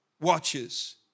watches